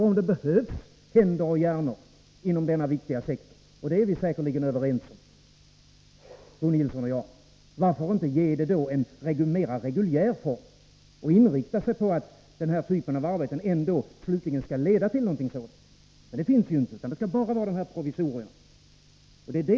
Om det behövs händer och hjärnor inom denna viktiga sektor — och det är Bo Nilsson och jag säkerligen överens om — varför då inte ge verksamheten en mera reguljär form och inrikta sig på att den typ av arbeten som det gäller ändå slutligen skall leda till något sådant? Men det sker inte, utan det skall bara vara fråga om provisorier.